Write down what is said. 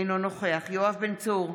אינו נוכח יואב בן צור,